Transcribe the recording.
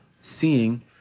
seeing